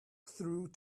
through